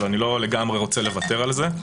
אני לא לגמרי רוצה לוותר על זה.